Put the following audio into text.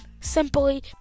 simply